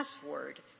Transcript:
password